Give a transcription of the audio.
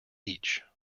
each